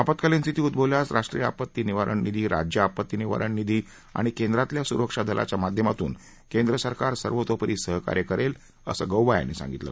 आपत्कालीन स्थिती उद्भवल्यास राष्ट्रीय आपत्ती निवारण निधी राज्य आपत्ती निवारण निधी आणि केंद्रातल्या सुरक्षा दलाच्या माध्यमातून केंद्रसरकार सर्वतोपरी सहकार्य करेल असं गौबा यांनी सांगितलं